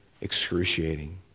excruciating